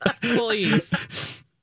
Please